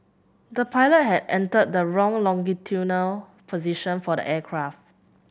the pilot had entered the wrong longitudinal position for the aircraft